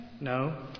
No